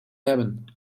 hebben